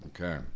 okay